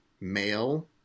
male